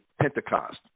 Pentecost